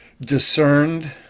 discerned